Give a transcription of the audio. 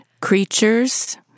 creatures